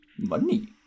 Money